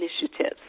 initiatives